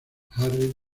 harry